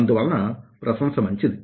అందువలన ప్రశంస మంచిది